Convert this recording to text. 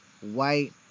white